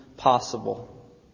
Possible